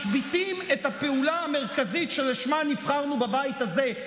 משביתים את הפעולה המרכזית שלשמה נבחרנו בבית הזה,